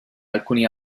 alcuni